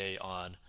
on